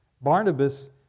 Barnabas